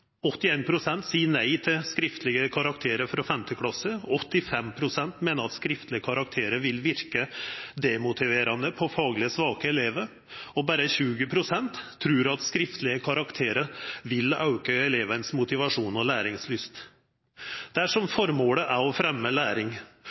sier nei til skriftlige karakterer fra 5. klasse. 85 pst. mener at skriftlige karakterer vil virke demotiverende på faglig svake elever. Bare 20 pst. tror at skriftlige karakterer vil øke elevenes motivasjon og læringslyst. Dersom